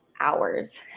hours